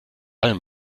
allem